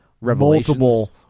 Multiple